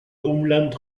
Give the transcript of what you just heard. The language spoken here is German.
umland